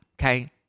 Okay